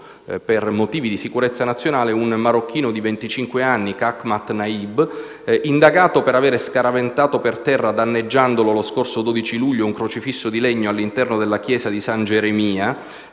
per motivi di sicurezza nazionale, un marocchino di venticinque anni, Kachmat Najib, indagato per aver scaraventato per terra danneggiandolo, lo scorso 12 luglio, un crocifisso di legno all'interno della Chiesa di San Geremia,